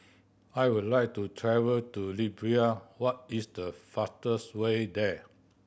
I would like to travel to Libya what is the fastest way there